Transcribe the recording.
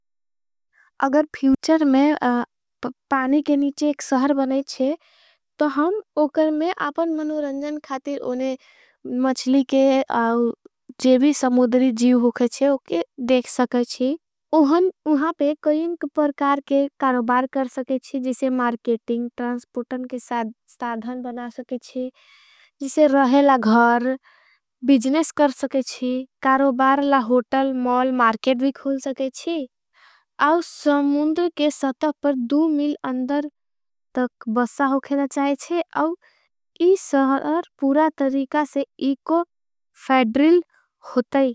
अगर फ्यूचर में पानी के नीचे एक सहर बनाईच्छे। तो हम उकर में आपन मनूरंजन खातीर उन्हे। मछली के जेवी समोधरी जीव होकेछे उके देख। सकेछी उहाँ उहाँ पे कईन परकार के कारोबार। कर सकेछी जिसे मार्केटिंग ट्रांसपोर्टन के साधन। बना सकेछी जिसे रहेला घर बिजनेस कर सकेछी कारोबारला होटल मॉल मार्केट भी खोल। सकेछी आउ समोधर के सतफ पर दू मिल। अंदर तक बसा होखेला चाहेछे आउ इस सहर। पूरा तरीका से इको फैडरिल होता ही।